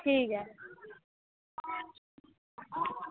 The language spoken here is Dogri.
ठीक ऐ